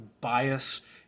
bias